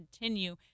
continue